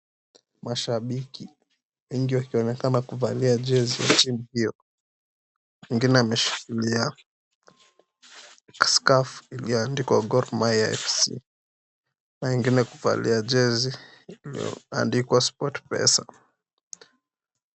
Mashabiki, wengi wakionekana kuvalia jezi za timu hiyo wengine wameshikilia scarf iliyoandikwa Gor Mahia FC na wengine kuvalia jezi iliyoandikwa Sportpesa.